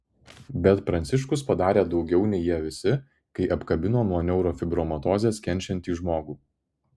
bet pranciškus padarė daugiau nei jie visi kai apkabino nuo neurofibromatozės kenčiantį žmogų